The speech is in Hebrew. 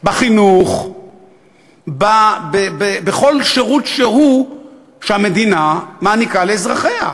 בחינוך ובכל שירות שהמדינה מעניקה לאזרחיה.